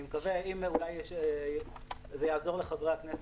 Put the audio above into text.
אם זה יעזור לחברי הכנסת,